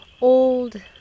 old